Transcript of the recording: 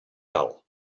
cal